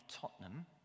Tottenham